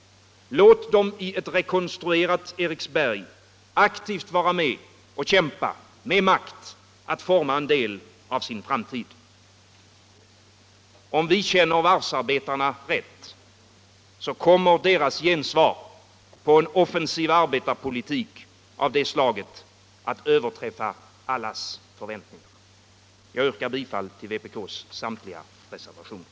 Låt dem i ett rekonstruerat Eriksberg aktivt vara med och kämpa med makt att forma en del av sin framtid. Om vi känner varvsarbetarna rätt, så kommer deras gensvar på en offensiv arbetarpolitik av detta slag att överträffa allas förväntningar. Jag yrkar bifall till vpk:s samtliga reservationer.